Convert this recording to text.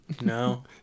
No